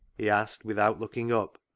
he asked, with out looking up,